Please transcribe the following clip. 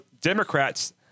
Democrats